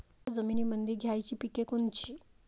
हलक्या जमीनीमंदी घ्यायची पिके कोनची?